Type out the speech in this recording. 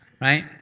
Right